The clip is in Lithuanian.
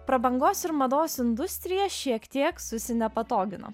prabangos ir mados industrija šiek tiek susinepatogino